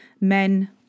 men